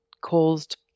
caused